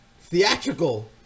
theatrical